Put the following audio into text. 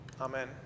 Amen